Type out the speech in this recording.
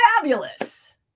fabulous